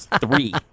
three